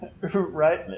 Right